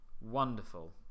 Wonderful